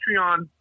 Patreon